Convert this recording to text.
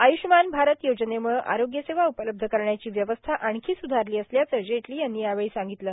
आय्ष्मान भारत योजनेम्ळे आरोग्य सेवा उपलब्ध करण्याची व्यवस्था आणखी स्धारली असल्याचं जेटली यांनी यावेळी सांगितलं